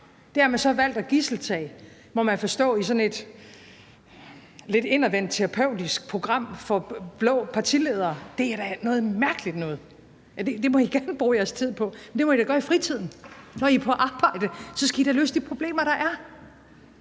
Det har man så valgt at tage som gidsel, må man forstå, i sådan et lidt indadvendt terapeutisk program for blå partiledere. Det er da noget mærkeligt noget. Det må I gerne bruge jeres tid på, men det må I da gøre i fritiden. Når I er på arbejde, skal I da løse de problemer, der er.